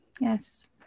Yes